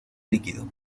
líquido